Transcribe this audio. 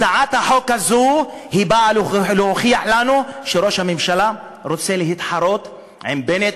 הצעת החוק הזו באה להוכיח לנו שראש הממשלה רוצה להתחרות עם בנט,